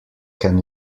can